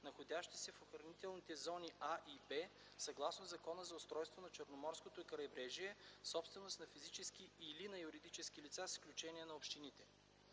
находящи се в охранителните зони А и Б, съгласно Закона за устройство на Черноморското крайбрежие, собственост на физически или на юридически лица, с изключение на общините.